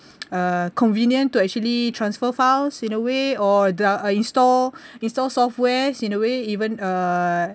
uh convenient to actually transfer files in a way or the install install softwares in a way even uh